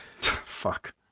Fuck